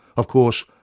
of course,